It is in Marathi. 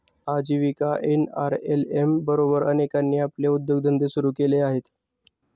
आजीविका एन.आर.एल.एम बरोबर अनेकांनी आपले उद्योगधंदे सुरू केले आहेत